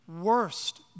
worst